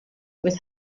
with